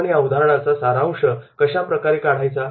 आपण या उदाहरणाचा सारांश कशाप्रकारे बरं काढू